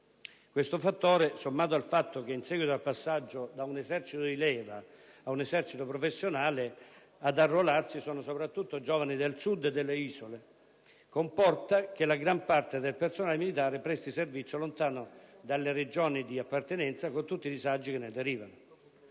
Questo fattore - sommato al fatto che, in seguito al passaggio da un esercito di leva a un esercito professionale, ad arruolarsi sono soprattutto giovani del Sud e delle Isole - comporta che la gran parte del personale militare presti servizio lontano dalle Regioni di appartenenza, con tutti i disagi che ne derivano.